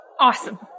Awesome